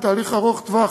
זה תהליך ארוך טווח.